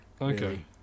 okay